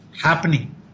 happening